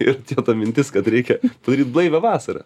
ir ta mintis kad reikia turi blaivią vasarą